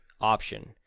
option